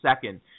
second